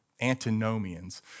Antinomians